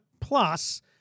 Plus